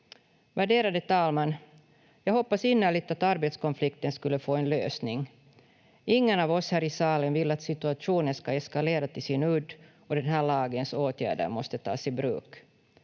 Värderade talman! Jag hoppas innerligt att arbetskonflikten skulle få en lösning. Ingen av oss här i salen vill att situationen ska eskalera till sin udd och att den här lagens åtgärder måste tas i bruk.